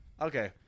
Okay